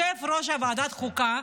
כל כמה חודשים יושב-ראש ועדת חוקה,